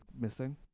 missing